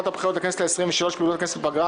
הבחירות לכנסת ה-23 ופעילות הכנסת בפגרה,